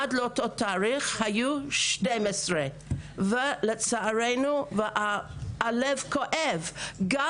עד לאותו תאריך היו 12. הלב כואב גם